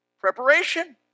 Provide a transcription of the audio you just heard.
Preparation